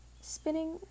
spinning